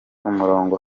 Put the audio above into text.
umurongo